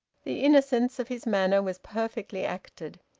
the innocence of his manner was perfectly acted.